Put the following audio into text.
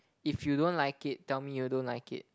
if you don't like it tell me you don't like it